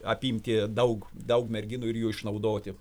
apimti daug daug merginų ir jų išnaudoti